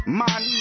man